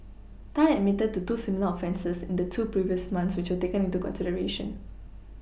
Tan admitted to two similar offences in the two previous months which were taken into consideration